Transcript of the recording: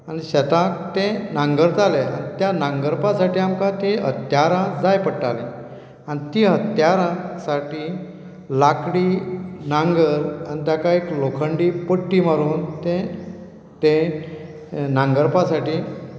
आनी शेताक ते नांगरताले आनी त्या नांगरपा साठी आमकां तीं हत्त्यारां जाय पडटालीं आन् तीं हत्त्यारां साठी लाकडी नांगर आनी ताका एक लोखंडी पट्टी मारून ते ते नांगरपा साठी